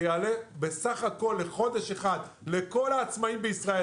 זה יעלה בסך הכול לחודש אחד לכל העצמאים בישראל,